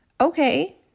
okay